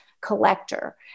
collector